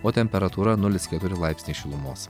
o temperatūra nulis keturi laipsniai šilumos